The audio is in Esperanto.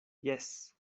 jes